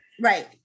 Right